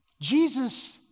Jesus